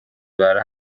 بهره